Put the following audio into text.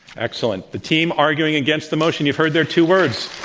excellent. the team arguing against the motion you've heard their two words.